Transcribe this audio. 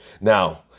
Now